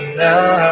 now